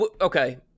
okay